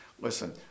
Listen